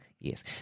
Yes